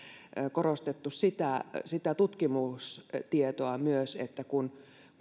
korostettu myös sitä tutkimustietoa että useimmat näistä